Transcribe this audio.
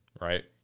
Right